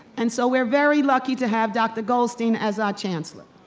and so, we're very lucky to have dr. goldstein as our chancellor.